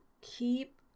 keep